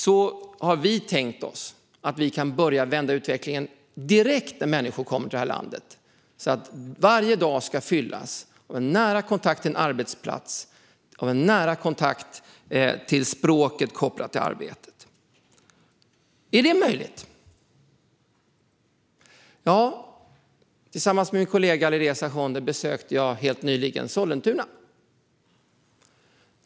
Så har vi tänkt börja vända utvecklingen direkt när människor kommer till det här landet. Varje dag ska fyllas av nära kontakt med en arbetsplats och med språket kopplat till arbetet. Är detta möjligt? Tillsammans med min kollega Alireza Akhondi besökte jag helt nyligen Sollentuna.